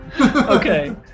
Okay